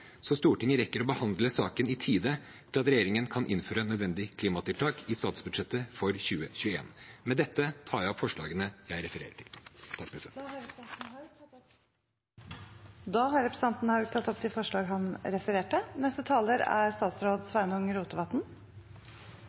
Stortinget rekker å behandle saken i tide til at regjeringen kan innføre nødvendige klimatiltak i forbindelse med statsbudsjettet for 2021. Med dette tar jeg opp forslagene jeg refererer til. Representanten Kristoffer Robin Haug har tatt opp de forslagene han refererte til. La meg starte med å seie at det er